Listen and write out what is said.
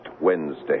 Wednesday